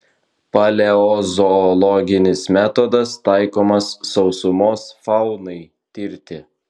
paleozoologinis metodas taikomas sausumos faunai tirti